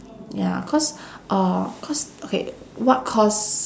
ya cause uh cause okay what cause